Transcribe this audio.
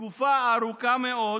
תקופה ארוכה מאוד